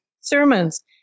sermons